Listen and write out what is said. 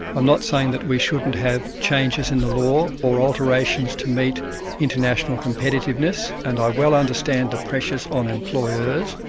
i'm not saying that we shouldn't have changes in the law or alterations to meet international competitiveness, and i well understand the pressures on employers,